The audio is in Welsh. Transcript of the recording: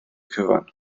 cyfan